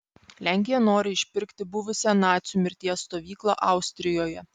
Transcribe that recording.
lenkija nori išpirkti buvusią nacių mirties stovyklą austrijoje